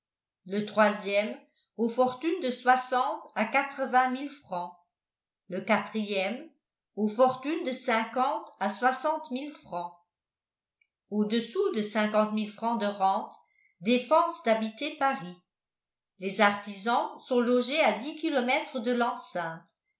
le troisième aux fortunes de soixante à quatre-vingts mille francs le quatrième aux fortunes de cinquante à soixante